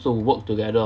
to work together